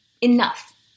enough